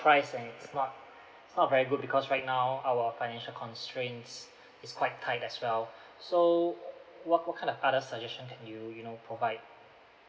price and it's not it's not very good because right now our financial constraints is quite tight as well so what what kind of other suggestion can you you know provide